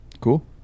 cool